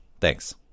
Thanks